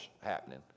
happening